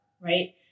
right